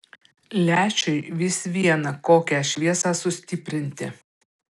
lęšiui vis viena kokią šviesą sustiprinti